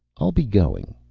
i'll be going,